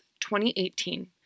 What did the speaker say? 2018